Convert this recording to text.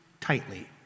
tightly